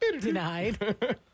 Denied